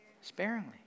Sparingly